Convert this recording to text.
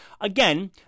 again